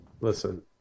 listen